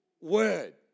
word